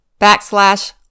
backslash